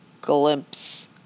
glimpse